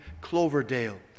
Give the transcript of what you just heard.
Cloverdale